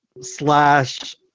slash